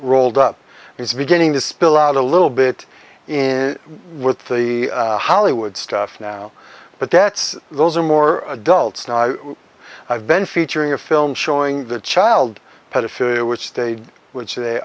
rolled up it's beginning to spill out a little bit in with the hollywood stuff now but that's those are more adults now i've been featuring a film showing the child pedophilia which they w